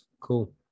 cool